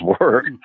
work